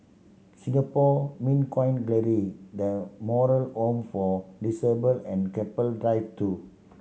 Singapore Mint Coin Gallery The Moral Home for Disabled and Keppel Drive Two